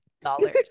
dollars